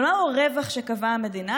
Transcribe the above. אבל לא הרווח שקבעה המדינה.